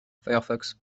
firefox